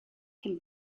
can